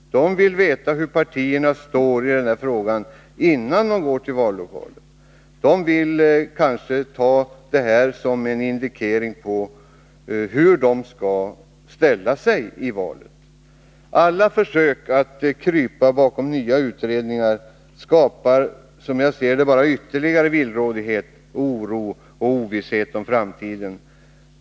De vill veta hur partierna står i den här frågan, innan de går till vallokalen. De vill kanske ta detta som en indikation på hur de skall ställa sig i valet. Alla försök att krypa bakom nya utredningar skapar, som jag ser det, ytterligare villrådighet, oro och ovisshet om framtiden.